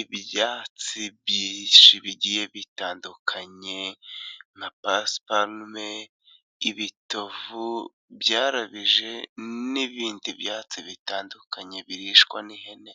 ibyatsi binshi bigiye bitandukanye na pasparume, ibitovu byarabije n'ibindi byatsi bitandukanye birishwa n'ihene.